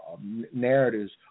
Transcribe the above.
narratives